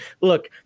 look